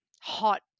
hot